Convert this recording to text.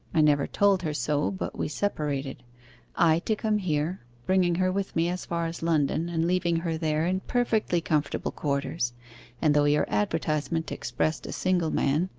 i never told her so, but we separated i to come here, bringing her with me as far as london and leaving her there in perfectly comfortable quarters and though your advertisement expressed a single man,